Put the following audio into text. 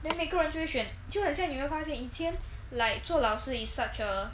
then 每个人就会选就很像你会发现以前 like 做老师 is such a